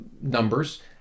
numbers